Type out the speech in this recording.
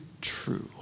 true